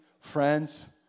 friends